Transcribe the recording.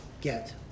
get